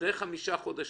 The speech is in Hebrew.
אחרי חמישה חודשים,